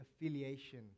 affiliation